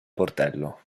portello